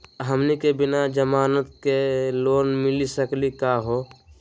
हमनी के बिना जमानत के लोन मिली सकली क हो?